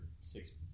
six